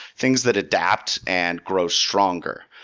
things that adapt and grow stronger.